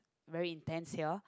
very intense here